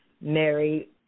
mary